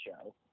show